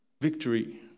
Victory